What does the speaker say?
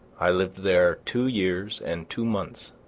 i lived there two years and two months.